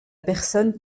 personne